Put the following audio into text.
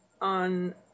on